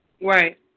Right